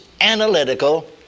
Analytical